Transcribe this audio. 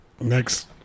next